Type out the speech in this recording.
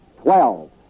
Twelve